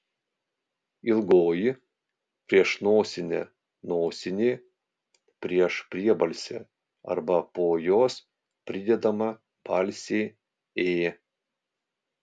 ilgoji prieš nosinę nosinė prieš priebalsę arba po jos pridedama balsė ė